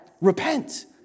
Repent